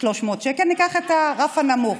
300 שקלים, ניקח את הרף הנמוך: